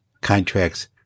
contracts